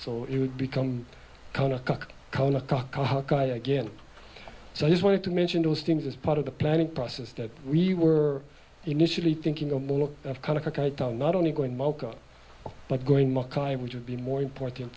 so it would become kind of again so i just wanted to mention those things as part of the planning process that we were initially thinking of kind of not only going to market but going which would be more important